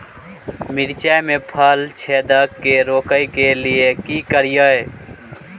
मिर्चाय मे फल छेदक के रोकय के लिये की करियै?